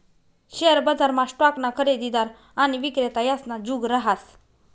share बजारमा स्टॉकना खरेदीदार आणि विक्रेता यासना जुग रहास